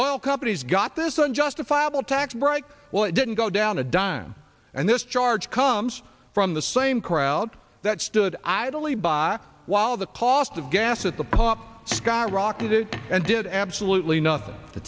oil come he's got this unjustifiable tax break well it didn't go down a dime and this charge comes from the same crowd that stood idly by while the cost of gas at the pump skyrocketed and did absolutely nothing the